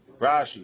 Rashi